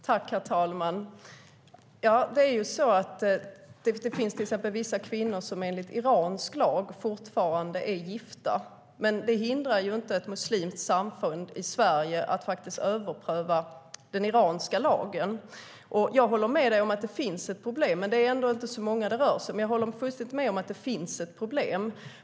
Herr talman! Det finns vissa kvinnor som enligt iransk lag fortfarande är gifta, men det hindrar ju inte ett muslimskt samfund i Sverige att överpröva den iranska lagen. Jag håller med dig om att det finns ett problem, men det rör sig inte om så många kvinnor.